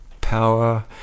power